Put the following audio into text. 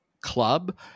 club